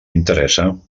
interessa